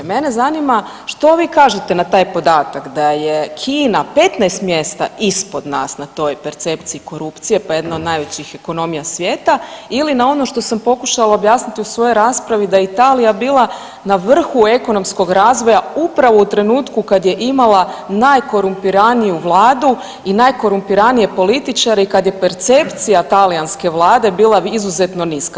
Mene zanima što vi kažete na taj podatak da je Kina 15 mjesta ispod nas na toj percepciji korupcije pa jedna od najvećih ekonomija svijeta ili na ono što sam pokušala objasniti u svojoj raspravi da je Italija bila na vrhu ekonomskom razvoja upravo u trenutku kad je imala najkorumpiraniju vladu i najkorumpiranije političare i kad je percepcija talijanske vlade bila izuzetno niska.